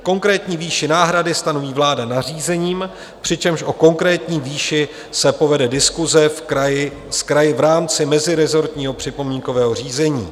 Konkrétní výši náhrady stanoví vláda nařízením, přičemž o konkrétní výši se povede diskuse s kraji v rámci mezirezortního připomínkového řízení.